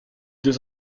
deux